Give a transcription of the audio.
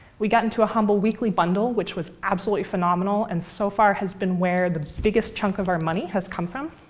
we got into a humble weekly bundle, which was absolutely phenomenal, and so far, has been where the biggest chunk of our money has come from.